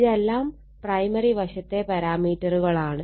ഇതെല്ലാം പ്രൈമറി വശത്തെ പാരാമീറ്ററുകളാണ്